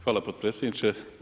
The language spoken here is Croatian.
Hvala potpredsjedniče.